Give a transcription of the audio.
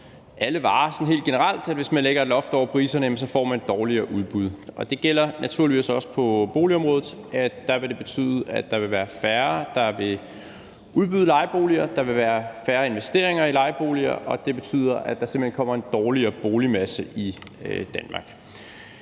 generelt, at hvis man lægger et loft over priserne, så får man et dårligere udbud, og det gælder naturligvis også på boligområdet. Der vil det betyde, at der vil være færre, der vil udbyde lejeboliger, at der vil være færre investeringer i lejeboliger, og det betyder, at der simpelt hen kommer en dårligere boligmasse i Danmark.